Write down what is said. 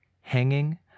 hanging